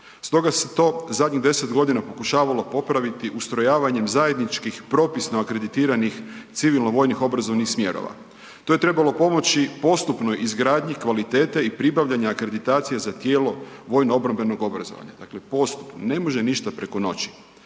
Stoga se to zadnjih 10.g. pokušavalo popraviti ustrojavanjem zajedničkih propisno akreditiranih civilno vojnih obrazovnih smjerova. To je trebalo pomoći postupnoj izgradnji kvalitete i pribavljanja akreditacije za tijelo vojno obrambenog obrazovanja, dakle postupno, ne može ništa preko noći.